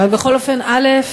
אבל בכל אופן, א.